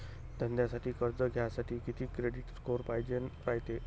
धंद्यासाठी कर्ज घ्यासाठी कितीक क्रेडिट स्कोर पायजेन रायते?